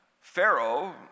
Pharaoh